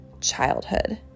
childhood